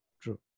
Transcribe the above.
true